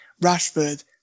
Rashford